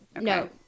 no